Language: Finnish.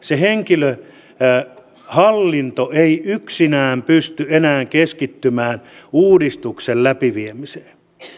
henkilöhallinto ei yksinään pysty enää keskittymään uudistuksen läpiviemiseen